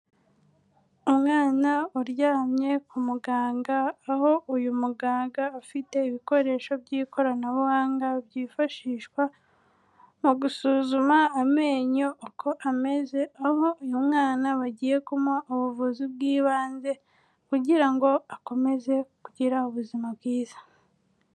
Umwana uryamye ku muganga, aho uyu muganga ufite ibikoresho by'ikoranabuhanga byifashishwa mu gusuzuma amenyo uko ameze, aho uyu mwana bagiye kumuha ubuvuzi bw'ibanze kugira ngo akomeze kugira ubuzima bwiza.